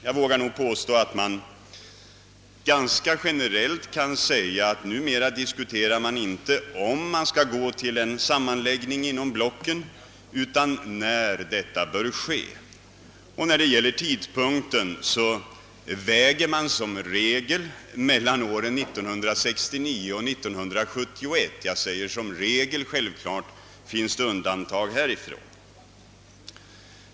Jag vågar nog påstå, att man ganska generellt kan säga att numera diskuterar man, inte om man skall gå till en sammanläggning inom blocken, utan när detta bör ske. När det gäller tidpunkten väger man som regel mellan åren 1969 och 1971. Jag säger som regel, ty självklart finns det undantag härifrån.